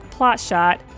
PlotShot